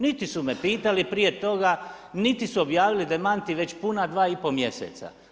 Niti su me pitali prije toga, niti su objavili demanti, već puna dva mjeseca.